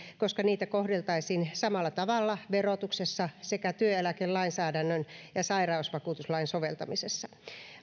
koska niitä kohdeltaisiin samalla tavalla verotuksessa sekä työeläkelainsäädännön ja sairausvakuutuslain soveltamisessa